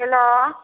hello